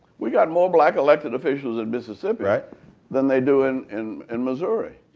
we got more black elected officials in mississippi than they do in in and missouri.